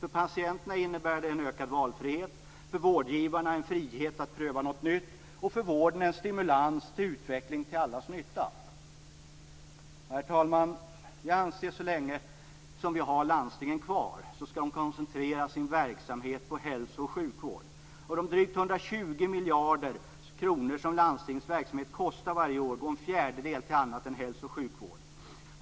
För patienterna innebär det en ökad valfrihet, för vårdgivarna en frihet att pröva något nytt och för vården en stimulans till utveckling till allas nytta.